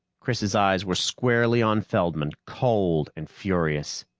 chris' eyes were squarely on feldman, cold and furious.